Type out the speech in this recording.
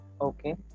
Okay